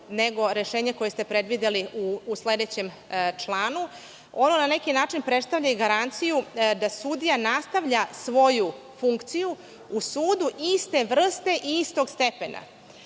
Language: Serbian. nego rešenje koje ste predvideli u sledećem članu. Ono na neki način predstavlja i garanciju da sudija nastavlja svoju funkciju u sudu iste vrste i istog stepena.U